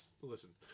listen